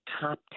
top